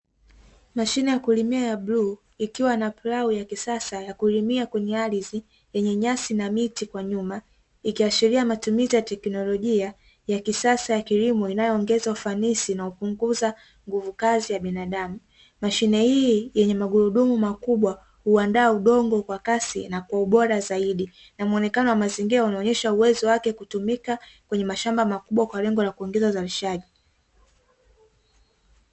Mashine ya kulimia ya bluu, ikiwa na plau ya kisasa ya kulimia kwenye ardhi yenye nyasi na miti kwa nyuma. Ikiashiria matumizi ya teknolojia ya kisasa ya kilimo, inayoongeza ufanisi na kupunguza nguvu kazi ya binadamu. Mashine hii yenye magurudumu makubwa huandaa udongo kwa kasi na kwa ubora zaidi na muonekano wa mazingira unaonyesha uwezo wake, kutumika kwenye mashamba makubwa kwa lengo la kuongeza uzalishaji.